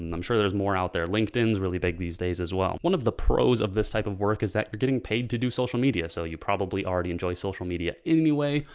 and i'm sure there's more out there linkedin is really big these days as well. one of the pros of this type of work is that you're getting paid to do social media. so you probably already enjoy social media any way.